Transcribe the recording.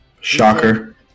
Shocker